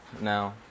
Now